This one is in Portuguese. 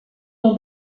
não